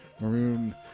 maroon